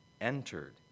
entered